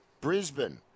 Brisbane